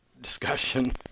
discussion